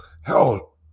hell